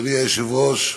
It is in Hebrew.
אדוני היושב-ראש,